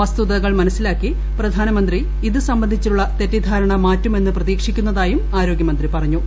വസ്തുതകൾ മനസ്സിലാക്കി പ്രിധാന്മന്ത്രി ഇത് സംബന്ധിച്ചുള്ള തെറ്റിദ്ധാരണ മാറ്റുമെന്ന് പ്രപിതീക്ഷിക്കുന്നതായും ആരോഗൃമന്ത്രി പറഞ്ഞു